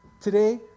Today